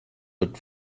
but